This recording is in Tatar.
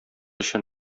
өчен